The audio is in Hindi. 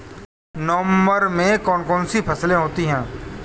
नवंबर में कौन कौन सी फसलें होती हैं?